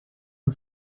the